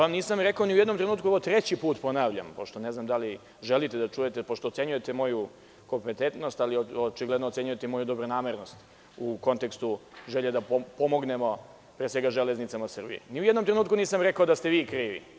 Nisam vam ni u jednom trenutku rekao i ovo treći put ponavljam, pošto ne znam da li želite da čujete, pošto ocenjujete moju kompetentnost, ali očigledno ocenjujete i moju dobronamernost u kontekstu da pomognemo, pre svega „Železnici Srbije“, ni u jednom trenutku nisam rekao da ste vi krivi.